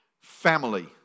family